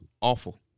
awful